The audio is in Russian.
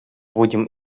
будем